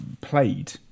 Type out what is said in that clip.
played